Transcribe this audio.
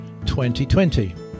2020